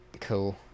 Cool